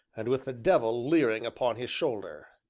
and with the devil leering upon his shoulder.